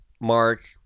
Mark